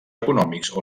econòmics